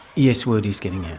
yes, word is getting out,